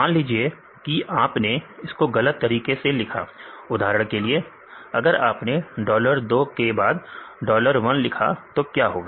मान लीजिए कि आपने इसको गलत तरीके से लिखा उदाहरण के लिए अगर अपने डॉलर 2 के बाद डॉलर 1 लिखा तो क्या होगा